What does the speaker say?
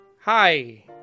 Hi